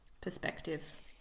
perspective